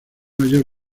mayor